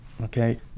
okay